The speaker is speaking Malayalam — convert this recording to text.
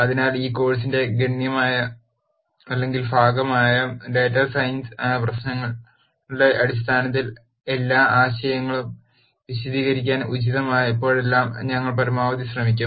അതിനാൽ ഈ കോഴ്സിന്റെ ഭാഗമായി ഡാറ്റാ സയൻസ് പ്രശ്നങ്ങളുടെ അടിസ്ഥാനത്തിൽ എല്ലാ ആശയങ്ങളും വിശദീകരിക്കാൻ ഉചിതമായപ്പോഴെല്ലാം ഞങ്ങൾ പരമാവധി ശ്രമിക്കും